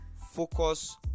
focus